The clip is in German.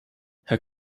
herr